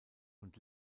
und